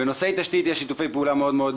בנושאי תשתית יש שיתופי פעולה מאוד-מאוד